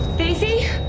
stacey?